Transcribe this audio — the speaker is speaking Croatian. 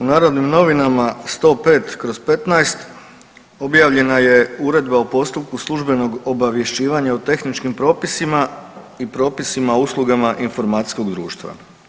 U Narodnim novinama 105/15 objavljena je Uredba o postupku službenog obavješćivanja o tehničkim propisima i propisima o usluga informacijskog društva.